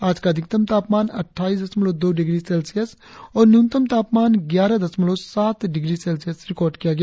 आज का अधिकतम तापमान अटठाईस दशमलव दो डिग्री सेल्सियस और न्यूनतम तापमान ग्यारह दशमलव सात डिग्री सेल्सियस रिकार्ड किया गया